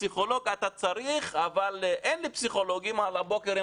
פסיכולוג אתה צריך אבל אין לי פסיכולוגים על הבוקר,